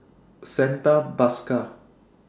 Santha Bhaskar